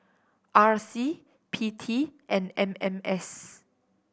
R C P T and M M S